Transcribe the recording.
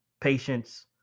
patience